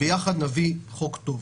ביחד נביא חוק טוב.